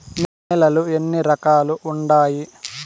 నేలలు ఎన్ని రకాలు వుండాయి?